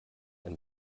ein